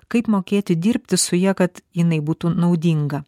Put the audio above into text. kaip mokėti dirbti su ja kad jinai būtų naudinga